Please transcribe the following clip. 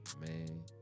man